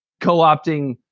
co-opting